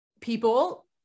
people